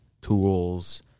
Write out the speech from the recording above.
tools